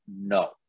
No